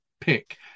pick